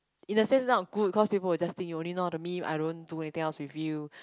is the face time of good cause people will just think you only know how to meet I don't do anything else with you